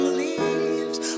leaves